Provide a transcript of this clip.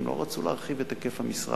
הם לא רצו להרחיב את היקף המשרה,